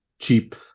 cheap